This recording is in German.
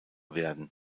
werden